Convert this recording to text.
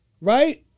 Right